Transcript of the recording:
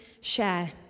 share